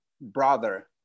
brother